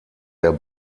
der